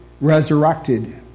resurrected